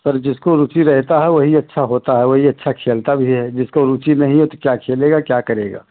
sir जिसको रुचि रहती है वही अच्छा होता है वही अच्छा खेलता भी है जिसको रुचि नहीं है तो क्या खेलेगा क्या करेगा